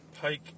pike